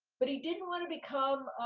but he didn't wanna become,